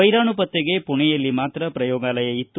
ವೈರಾಣು ಪತ್ತೆಗೆ ಪುಣೆಯಲ್ಲಿ ಮಾತ್ರ ಪ್ರಯೋಗಾಲಯ ಇತ್ತು